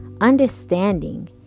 understanding